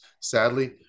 sadly